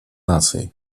наций